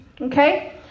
okay